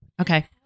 Okay